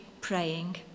praying